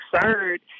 third